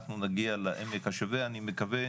אנחנו נגיע לעמק השווה, אני מקווה,